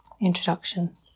Introduction